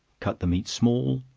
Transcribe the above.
cut the meat small,